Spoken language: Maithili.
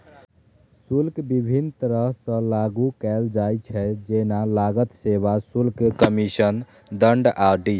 शुल्क विभिन्न तरह सं लागू कैल जाइ छै, जेना लागत, सेवा शुल्क, कमीशन, दंड आदि